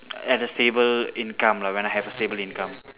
at a stable income lah when I have a stable income